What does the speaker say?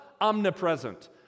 omnipresent